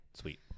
Sweet